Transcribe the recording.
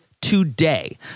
today